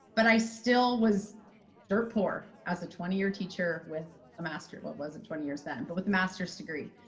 but i still was dirt poor as a twenty year teacher with a master's, well it wasn't twenty years then, and but with master's degree,